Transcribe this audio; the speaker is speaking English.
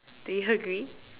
do you agree